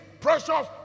precious